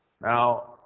Now